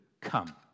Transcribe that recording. come